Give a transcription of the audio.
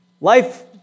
Life